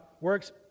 works